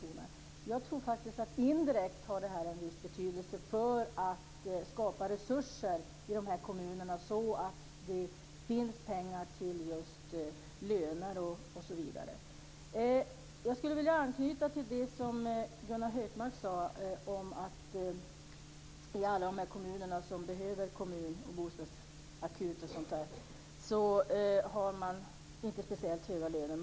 Men jag tror faktiskt att det här indirekt har en viss betydelse när det gäller att skapa resurser i de här kommunerna, så att det finns pengar till just löner osv. Jag skulle vilja anknyta till det som Gunnar Hökmark sade om att man i de kommuner som behöver kommun och bostadsakut och sådant inte har speciellt höga löner.